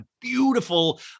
beautiful